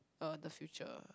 uh the future